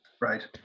Right